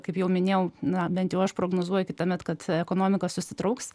kaip jau minėjau na bent jau aš prognozuoja kitąmet kad ekonomika susitrauks